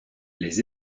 les